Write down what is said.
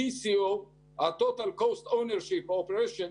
TCO - Total Cost of Ownership/Operation,